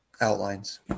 outlines